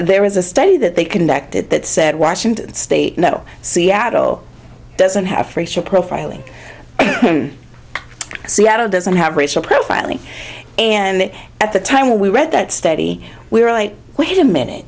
there was a study that they connected that said washington state no seattle doesn't half racial profiling seattle doesn't have racial profiling and at the time we read that study we were wait a minute